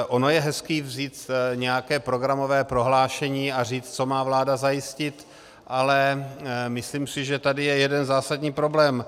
Ono je hezké vzít nějaké programové prohlášení a říct, co má vláda zajistit, ale myslím si, že tady je jeden zásadní problém.